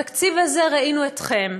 בתקציב הזה ראינו אתכם,